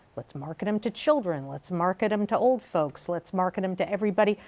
let's market em to children, let's market em to old folks, let's market em to everybody,